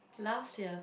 last year